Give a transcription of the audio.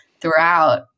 throughout